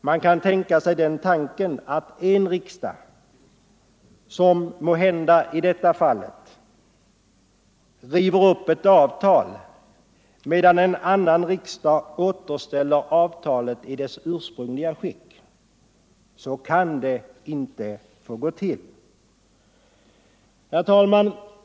Man kan tänka sig att en riksdag, som måhända i detta fall, river upp ett avtal, medan en annan riksdag återställer avtalet i dess ursprungliga skick. Så kan det inte få gå till. Herr talman!